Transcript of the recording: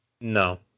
No